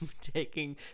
taking